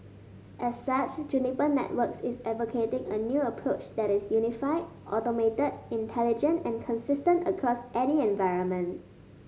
as such Juniper Networks is advocating a new approach that is unified automated intelligent and consistent across any environment